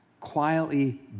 quietly